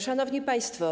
Szanowni Państwo!